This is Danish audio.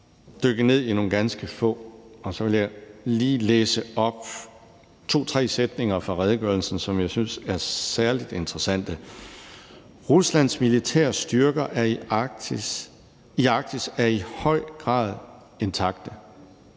men bare dykke ned i nogle ganske få punkter. Jeg vil lige læse to-tre sætninger fra redegørelsen op, som jeg synes er særlig interessante: »... Ruslands militære styrker i Arktis er i høj grad intakte.